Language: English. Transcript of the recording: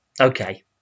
Okay